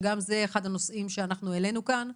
שגם זה אחד הנושאים שהעלינו כאן.